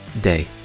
day